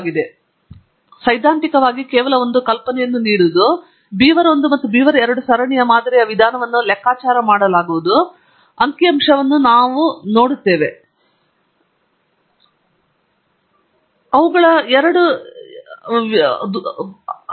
ಆದ್ದರಿಂದ ಕನಿಷ್ಟ ಸೈದ್ಧಾಂತಿಕವಾಗಿ ಕೇವಲ ಒಂದು ಕಲ್ಪನೆಯನ್ನು ನೀಡುವುದು ಏನು ಬೀವರ್ 1 ಮತ್ತು ಬೀವರ್ 2 ಸರಣಿಯ ಮಾದರಿಯ ವಿಧಾನವನ್ನು ಲೆಕ್ಕಾಚಾರ ಮಾಡಲಾಗುವುದು ಮತ್ತು ಅಂಕಿಅಂಶವನ್ನು ನಾವು ದೂರವನ್ನು ನೋಡುತ್ತೇವೆ ನೀವು ತುಂಬಾ ಹೇಳುವುದಾದರೆ ಮಾದರಿ ವಿಧಾನಗಳ ನಡುವೆ ಅವರು ಎರಡು ವಿಭಿನ್ನ ಜನತೆಗಳಿಂದ ಬಂದಿದ್ದಾರೆ ಎಂಬ ಸತ್ಯದ ಉಪಸ್ಥಿತಿಯಲ್ಲಿ